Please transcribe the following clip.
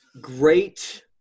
Great